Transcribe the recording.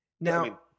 Now